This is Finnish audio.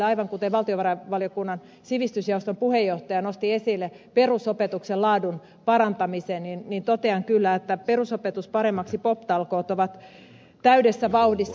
aivan kuten valtiovarainvaliokunnan sivistysjaoston puheenjohtaja nosti esille perusopetuksen laadun parantamisen niin totean kyllä että perusopetus paremmaksi talkoot pop talkoot ovat täydessä vauhdissa